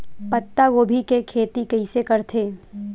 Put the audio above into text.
पत्तागोभी के खेती कइसे करथे?